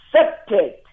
accepted